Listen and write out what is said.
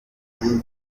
byiciro